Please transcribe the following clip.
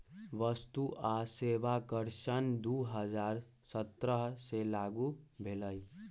वस्तु आ सेवा कर सन दू हज़ार सत्रह से लागू भेलई